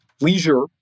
Leisure